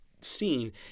seen